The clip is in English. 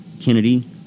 Kennedy